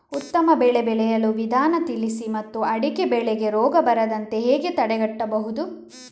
ಉತ್ತಮ ಬೆಳೆ ಬೆಳೆಯುವ ವಿಧಾನ ತಿಳಿಸಿ ಮತ್ತು ಅಡಿಕೆ ಬೆಳೆಗೆ ರೋಗ ಬರದಂತೆ ಹೇಗೆ ತಡೆಗಟ್ಟಬಹುದು?